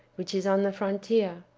which is on the frontier,